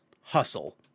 Hustle